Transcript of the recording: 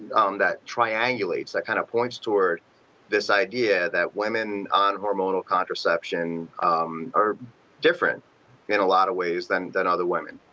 um triangulates that kind of points toward this idea that women on hormonal contraception um are different in a lot of ways than than other women.